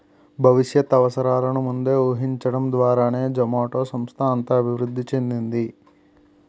భవిష్యత్ అవసరాలను ముందే ఊహించడం ద్వారానే జొమాటో సంస్థ అంత అభివృద్ధి చెందింది